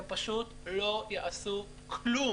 הם פשוט לא יעשו כלום.